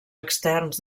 externs